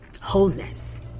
wholeness